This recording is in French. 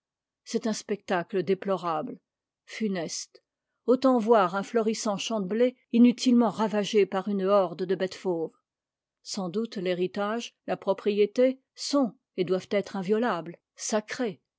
c'est un spectacle déplorable funeste autant voir un florissant champ de blé inutilement ravagé par une horde de bêtes fauves sans doute l'héritage la propriété sont et doivent être inviolables sacrés